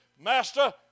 Master